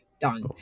done